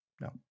No